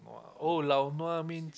oh lao nua means